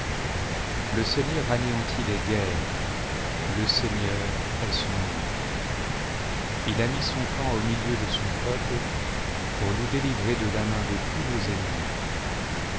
le seigneur anéantit les guen-es le seigneur est son nom il a mis son camp au milieu de son peuple pour nous délivrer de la main de tous nos ennemis